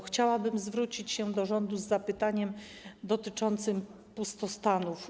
Chciałabym zwrócić się do rządu z zapytaniem dotyczącym pustostanów.